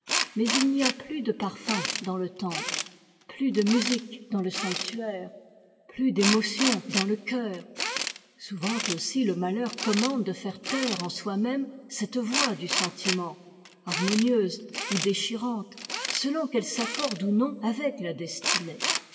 mais il n'y a plus de parfums dans le temple plus de musique dans le sanctuaire plus d'émotion dans le cœur souvent aussi le malheur commande de faire taire en soi-même cette voix du sentiment harmonieuse ou déchirante selon qu'elle s'accorde ou non avec la destinée